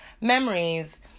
memories